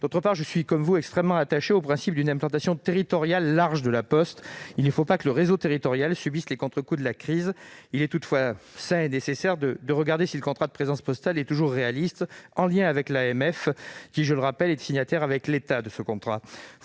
D'autre part, je suis comme vous très attaché au principe d'une implantation territoriale large de La Poste ; il ne faut pas que le réseau territorial subisse les contrecoups de la crise. Il est toutefois sain et nécessaire de s'assurer que le contrat de présence postale est toujours réaliste, en lien avec l'AMF, qui, avec l'État, en est signataire. En tout état de cause,